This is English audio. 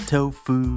Tofu